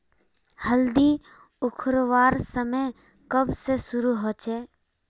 हल्दी उखरवार समय कब से शुरू होचए?